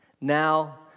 Now